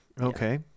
Okay